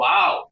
Wow